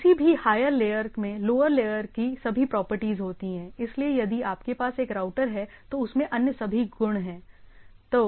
तो किसी भी हायर लेयर में लोअर लेयर की सभी प्रॉपर्टीज होती हैं इसलिए यदि आपके पास एक राउटर है तो उसमें अन्य सभी गुण हैं